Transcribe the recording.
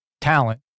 talent